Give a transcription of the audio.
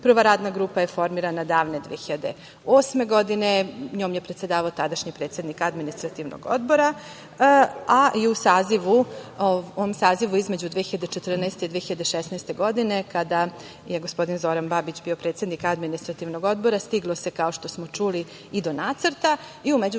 Prva radna grupa je formirana davne 2008. godine, njom je predsedavao tadašnji predsednik Administrativnog odbora, a i u sazivu između 2014. i 2016. godine, kada je gospodin Zoran Babić bio predsednik Administrativnog odbora, stiglo se, kao što smo čuli, i do nacrta. U